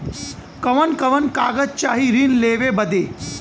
कवन कवन कागज चाही ऋण लेवे बदे?